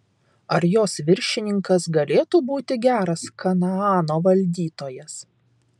ar jos viršininkas galėtų būti geras kanaano valdytojas